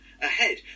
ahead